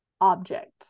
object